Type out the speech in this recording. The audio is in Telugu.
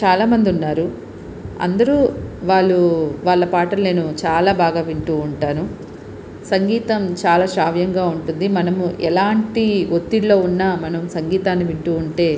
చాలా మంది వున్నారు అందరూ వాళ్ళు వాళ్ళ పాటలు నేను చాలా బాగా వింటూ ఉంటాను సంగీతం చాలా శ్రావ్యంగా ఉంటుంది మనం ఎలాంటి ఒత్తిడిలో వున్నా మనం సంగీతాన్ని వింటూ ఉంటే